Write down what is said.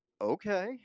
okay